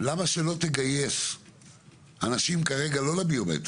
אז למה שלא תגייס אנשים כרגע לא לביומטרי,